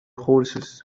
horses